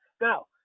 Now